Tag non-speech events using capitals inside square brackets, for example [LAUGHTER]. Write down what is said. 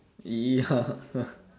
ya [NOISE]